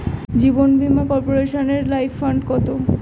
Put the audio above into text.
জীবন বীমা কর্পোরেশনের life fund কত?